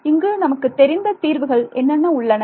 இங்கு நமக்குத் தெரிந்த தீர்வுகள் என்னென்ன உள்ளன